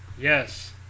yes